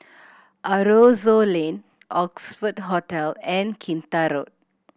Aroozoo Lane Oxford Hotel and Kinta Road